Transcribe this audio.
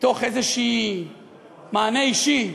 מתוך מניע אישי,